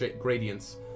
gradients